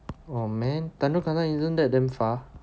oh man tanjong katong isn't that damn far